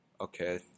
okay